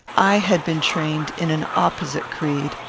i had been trained in an opposite creed,